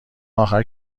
اخر